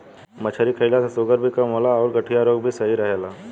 मछरी खईला से शुगर भी कम होला अउरी गठिया रोग में भी सही रहेला